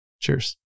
Cheers